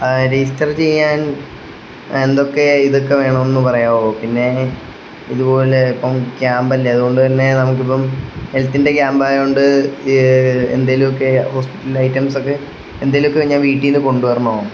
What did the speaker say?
register ചെയ്യാൻ എന്തൊക്കെ ഇതൊക്കെ വേണമെന്ന് പറയാവോ പിന്നെ ഇതുപോലെ ഇപ്പം ക്യാമ്പല്ലേ അതുകൊണ്ട് തന്നെ നമുക്കിപ്പം ഹെൽത്തിൻ്റെ ക്യാമ്പായത് കൊണ്ട് എന്തേലുമൊക്കെ ഹോസ്പിറ്റൽ ഐറ്റംസൊക്കെ എന്തേലുമൊക്കെ ഞാൻ വീട്ടിൽ നിന്ന് കൊണ്ട് വരണോ